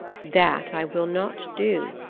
that i will not do,